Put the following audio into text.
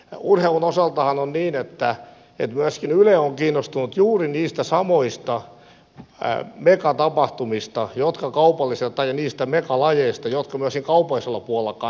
urheilun osaltahan on niin että myöskin yle on kiinnostunut juuri niistä samoista megatapahtumista ja niistä megalajeista jotka myöskin kaupallisella puolella kannattavat